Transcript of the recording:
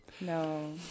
No